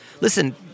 Listen